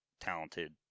talented